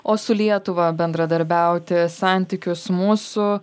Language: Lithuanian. o su lietuva bendradarbiauti santykius mūsų